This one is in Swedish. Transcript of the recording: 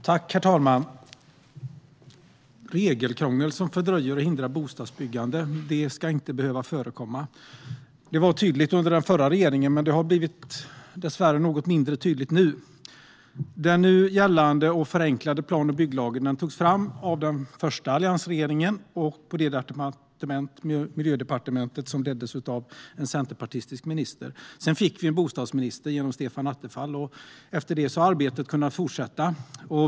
Herr talman! Regelkrångel som fördröjer och hindrar bostadsbyggande ska inte behöva förekomma. Det var tydligt under den förra regeringen, men det har dessvärre blivit något mindre tydligt nu. Den nu gällande plan och bygglagen togs fram av den första alliansregeringen på Miljödepartementet, som leddes av en centerpartistisk minister. Sedan fick vi en bostadsminister, Stefan Attefall, och därefter har arbetet kunnat fortsätta.